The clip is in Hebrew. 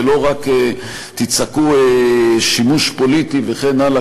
ולא רק תצעקו "שימוש פוליטי" וכן הלאה,